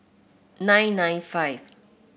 nine nine five